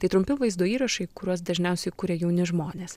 tai trumpi vaizdo įrašai kuriuos dažniausiai kuria jauni žmonės